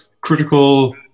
critical